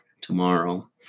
tomorrow